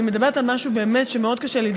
אני מדברת על משהו שמאוד קשה לי לדבר עליו,